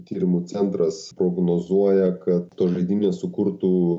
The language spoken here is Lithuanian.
tyrimų centras prognozuoja kad tos žaidynės sukurtų